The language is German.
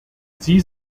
sie